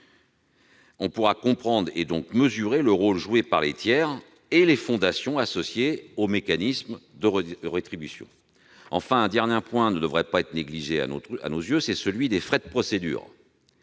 ils pourront comprendre et mesurer le rôle joué par les tiers et les fondations associées aux mécanismes de rétribution. Enfin, un dernier point ne devrait pas être négligé, celui des frais de procédure.